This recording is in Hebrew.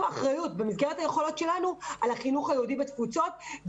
במסגרת היכולות שלנו על החינוך היהודי בתפוצות.